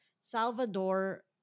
Salvador